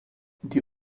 die